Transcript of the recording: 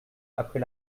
après